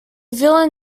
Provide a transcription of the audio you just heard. villain